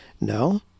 No